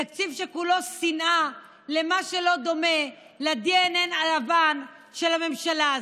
תקציב שכולו שנאה למה שלא דומה לדנ"א הלבן של הממשלה הזאת.